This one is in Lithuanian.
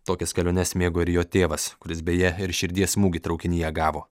tokias keliones mėgo ir jo tėvas kuris beje ir širdies smūgį traukinyje gavo